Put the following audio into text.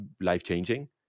life-changing